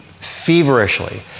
feverishly